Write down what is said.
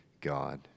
God